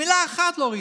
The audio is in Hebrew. מילה אחת לא ראיתי.